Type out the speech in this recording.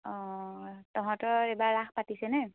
অ তহঁতৰ এইবাৰ ৰাস পাতিছেনে